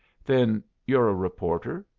then you're a reporter?